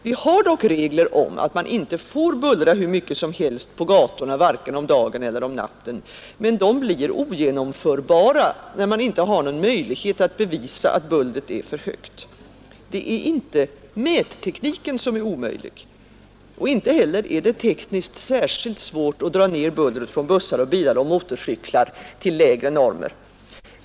Det finns dock regler om att man inte får bullra hur mycket som helst på gatorna, vare sig om dagen eller om natten, men de blir ogenomförbara, när man inte har någon möjlighet att bevisa att bullret är för högt. Det är Nr 79 inte mättekniken som är omöjlig att tillämpa, och inte heller är det Tisdagen den tekniskt särskilt svårt att dra ner bullret från bussar och bilar och 16 maj 1972 motorcyklar till lägre normer.